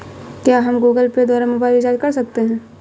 क्या हम Google Pay द्वारा मोबाइल रिचार्ज कर सकते हैं?